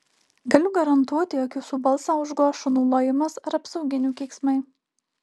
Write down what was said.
galiu garantuoti jog jūsų balsą užgoš šunų lojimas ar apsauginių keiksmai